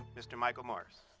mr. michael morris.